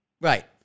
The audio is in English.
Right